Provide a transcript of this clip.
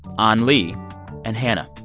ah an-li and hannah.